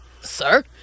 Sir